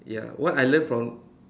ya what I learn from